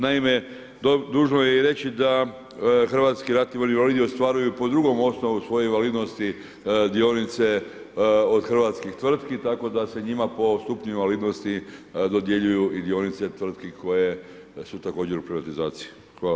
Naime, dužno je reći da hrvatski ratni vojni invalidi ostvaruju po drugom osnovu svoje invalidnosti dionice od hrvatskih tvrtki tako da se njima po stupnju invalidnosti dodjeljuju i dionice tvrtki koje su također u privatizaciji.